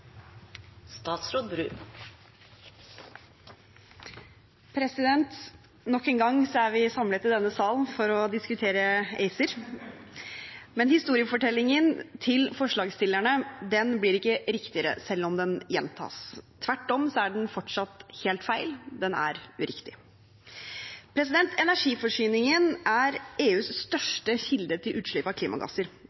vi samlet i denne sal for å diskutere ACER. Men historiefortellingen til forslagsstillerne blir ikke riktigere selv om den gjentas. Tvert om, den er fortsatt helt feil, den er uriktig. Energiforsyningen er EUs